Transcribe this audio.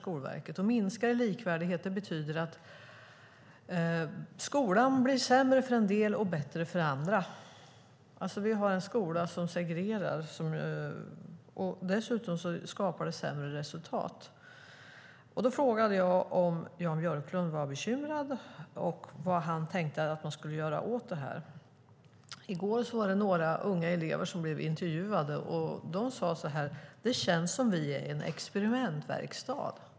Att Sverige minskar i likvärdighet betyder att skolan blir sämre för en del och bättre för andra. Vi har en skola som segregerar, och dessutom skapar det sämre resultat. Då frågade jag om Jan Björklund var bekymrad och vad han tänkte att man skulle göra åt det här. I går var det några unga elever som blev intervjuade. De sade så här: Det känns som om vi är en experimentverkstad.